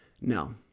No